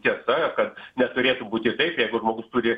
tiesa kad neturėtų būti taip jeigu žmogus turi